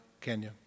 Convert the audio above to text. Kenya